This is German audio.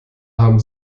haben